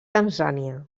tanzània